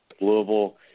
Louisville